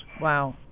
Wow